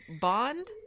bond